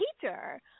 teacher